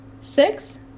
Six